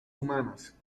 humanas